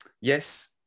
Yes